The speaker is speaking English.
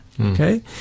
okay